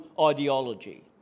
ideology